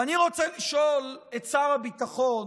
ואני רוצה לשאול את שר הביטחון: